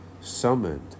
summoned